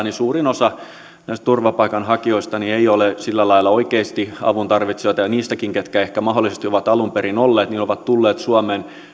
niin suurin osa näistä turvapaikanhakijoista ei ole sillä lailla oikeasti avun tarvitsijoita ja nekin ketkä ehkä mahdollisesti ovat alun perin olleet ovat tulleet suomeen